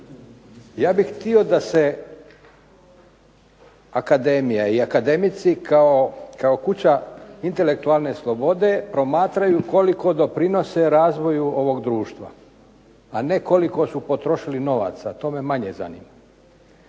ja bih htio da se akademija i akademici kao kuća intelektualne slobode promatraju koliko doprinose razvoju ovog društva, a ne koliko su potrošili novaca. To me manje zanima.